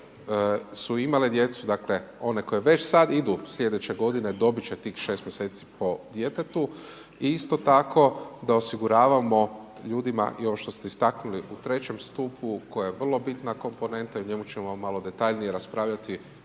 su imale djecu, dakle one koje već sad idu slijedeće godine dobit će tih 6 mjeseci po djetetu isto tako da osiguravamo ljudima i ovo što ste istaknuli u trećem stupu koje je vrlo bitna komponenta i o njemu ćemo malo detaljnije raspravljati